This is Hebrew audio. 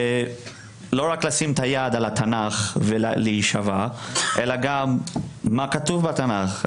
רק לשים את היד על התנ"ך ולהישבע אלא גם מה כתוב בתנ"ך.